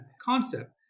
concept